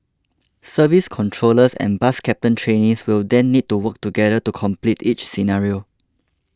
service controllers and bus captain trainees will then need to work together to complete each scenario